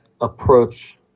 approach